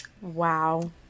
wow